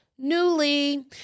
Newly